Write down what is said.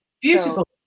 Beautiful